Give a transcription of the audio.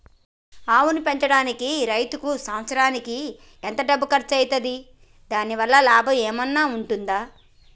ఆవును పెంచడానికి రైతుకు సంవత్సరానికి ఎంత డబ్బు ఖర్చు అయితది? దాని వల్ల లాభం ఏమన్నా ఉంటుందా?